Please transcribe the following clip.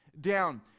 down